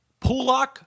Pulak